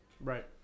Right